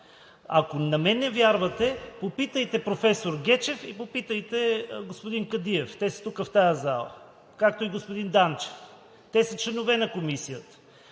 Ако на мен не вярвате, попитайте професор Гечев и господин Кадиев – тук са, в тази зала, както и господин Данчев. Те са членове на Комисията.